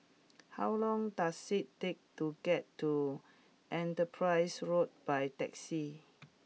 how long does it take to get to Enterprise Road by taxi